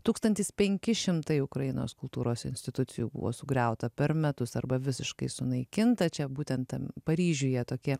tūkstantis penki šimtai ukrainos kultūros institucijų buvo sugriauta per metus arba visiškai sunaikinta čia būtent tam paryžiuje tokie